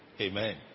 Amen